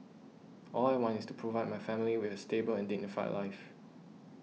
all I want is to provide my family with a stable and dignified life